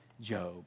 Job